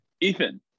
Ethan